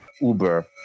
Uber